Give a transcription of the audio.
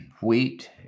wheat